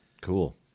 Cool